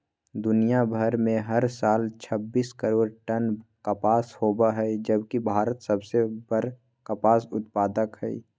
दुनियां भर में हर साल छब्बीस करोड़ टन कपास होव हई जबकि भारत सबसे बड़ कपास उत्पादक हई